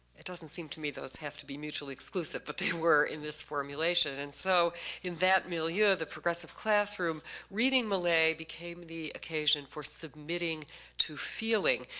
it doesn't seem to me those have to be mutually exclusive but they were in this formulation. and so in that milieu the progressive classroom reading millay became the occasion for submitting to feeling.